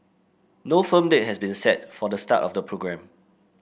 no firm date has been set for the start of the programme